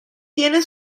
tiene